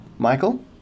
Michael